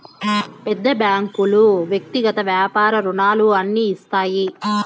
పెద్ద బ్యాంకులు వ్యక్తిగత వ్యాపార రుణాలు అన్ని ఇస్తాయి